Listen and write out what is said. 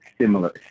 similar